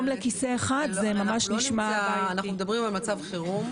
אנחנו מדברים על מצב חירום.